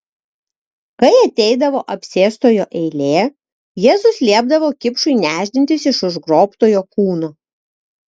kai ateidavo apsėstojo eilė jėzus liepdavo kipšui nešdintis iš užgrobtojo kūno